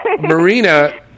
Marina